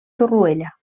torroella